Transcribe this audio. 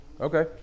Okay